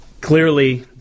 Clearly